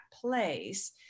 place